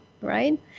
right